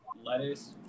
lettuce